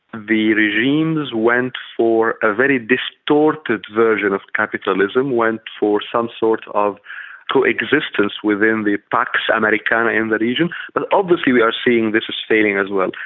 the regimes went for a very distorted version of capitalism went for some sort of coexistence within the pax americana in the region. but obviously we are seeing this is failing as well.